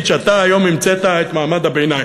שאתה היום המצאת את מעמד הביניים,